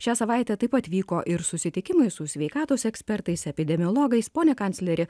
šią savaitę taip pat vyko ir susitikimai su sveikatos ekspertais epidemiologais pone kancleri